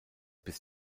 bis